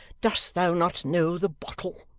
dost thou not know the bottle?